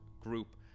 group